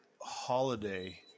holiday